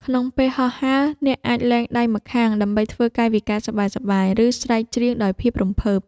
ក្នុងពេលហោះហើរ អ្នកអាចលែងដៃម្ខាងដើម្បីធ្វើកាយវិការសប្បាយៗ ឬស្រែកច្រៀងដោយភាពរំភើប។